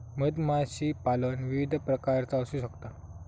मधमाशीपालन विविध प्रकारचा असू शकता